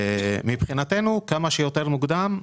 מבחינתנו, כמה שיותר מוקדם,